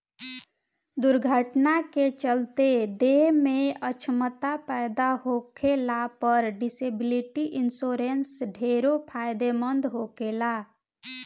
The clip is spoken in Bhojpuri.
दुर्घटना के चलते देह में अछमता पैदा होखला पर डिसेबिलिटी इंश्योरेंस ढेरे फायदेमंद होखेला